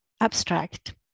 abstract